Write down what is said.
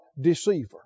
deceiver